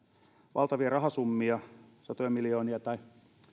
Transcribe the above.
valtavia rahasummia satoja miljoonia tai